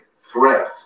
threat